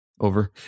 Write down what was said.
Over